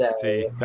see